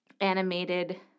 animated